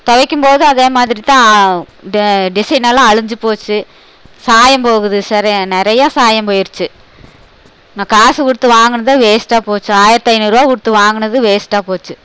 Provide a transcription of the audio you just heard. துவைக்கும்போது அதே மாதிரி தான் ஆவு டி டிசைனெல்லாம் அழிஞ்சு போச்சு சாயம் போகுது நிறைய சாயம் போயிடுச்சு நான் காசு கொடுத்து வாங்கினதே வேஸ்ட்டாக போச்சு ஆயிரத்தி ஐநூறுபா கொடுத்து வாங்கினது வேஸ்ட்டாக போச்சு